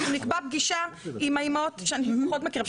אנחנו נקבע פגישה עם האימהות שאני פחות מכירה.